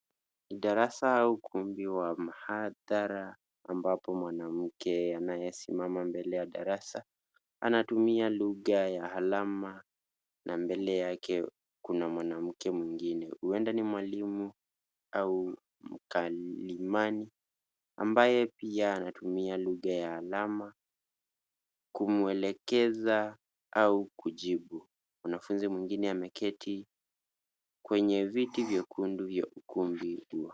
Darasa au ukumbi wa mhadhara ambapo mwanamke anayesimama mbele ya darasa anatumia lugha ya alama na mbele yake kuna mwanamke mwingine huenda ni mwalimu au mkalimani ambaye pia anatumia lugha ya alama kumwelekeza au kujibu. Mwanafunzi mwingine ameketi kwenye viti vyekundu vya ukumbi huo.